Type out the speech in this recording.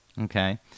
Okay